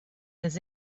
does